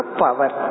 power